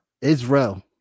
Israel